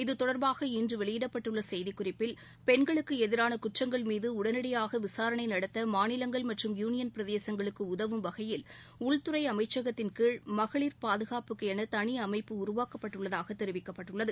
இத்தொடர்பாக இன்று வெளியிடப்பட்டுள்ள செய்தி குறிப்பில் பெண்களுக்கு எதிரான குற்றங்கள் மீது உடனடியாக விசாரணை நடத்த மாநிலங்கள் மற்றும் யூனியன் பிரதேசங்களுக்கு உதவும் வகையில் உள்துறை அமைச்சகத்தின் கீழ் மகளிர் பாதுகாப்புக்கென தனி அமைப்பு உருவாக்கப்பட்டுள்ளதாக தெரிவிக்கப்பட்டுள்ளது